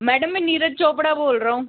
madam में नीरज चोपड़ा बोल रहा हूँ